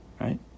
Right